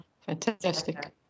Fantastic